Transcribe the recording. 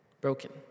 broken